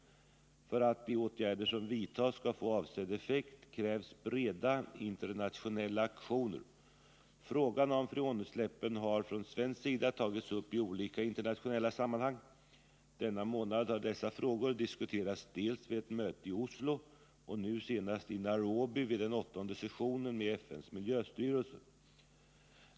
För att de åtgärder som vidtas skall få avsedd effekt krävs breda internationella aktioner. Frågan om freonutsläppen har från svensk sida tagits upp i olika internationella sammanhang. Denna månad har dessa frågor diskuterats dels vid ett möte i Oslo, dels nu senast i Nairobi vid den åttonde sessionen med FN:s miljöstyrelse.